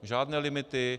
Žádné limity.